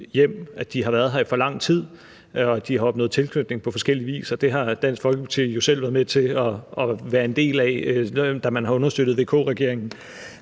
at de har været her i for lang tid; og at de har opnået tilknytning på forskellig vis. Det har Dansk Folkeparti jo selv været med til, været en del af, da man understøttede VK-regeringen.